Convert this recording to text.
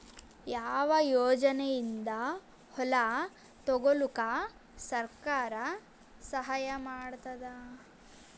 ಯಾವ ಯೋಜನೆಯಿಂದ ಹೊಲ ತೊಗೊಲುಕ ಸರ್ಕಾರ ಸಹಾಯ ಮಾಡತಾದ?